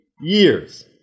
years